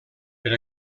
per